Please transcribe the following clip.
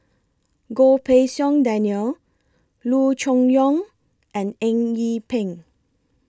Goh Pei Siong Daniel Loo Choon Yong and Eng Yee Peng